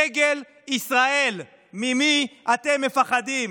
דגל ישראל, ממי אתם מפחדים?